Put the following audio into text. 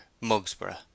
Mugsborough